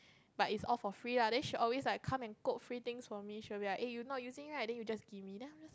but is all for free lah then she always like come and cope free things from me she will be like eh you not using right then you just give me